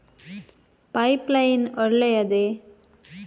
Pipe line ಒಳ್ಳೆಯದೇ?